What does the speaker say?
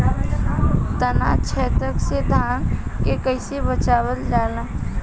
ताना छेदक से धान के कइसे बचावल जाला?